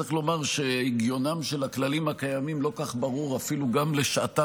צריך לומר שהגיונם של הכללים הקיימים לא כל כך ברור אפילו לשעתם,